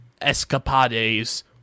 escapades